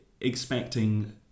expecting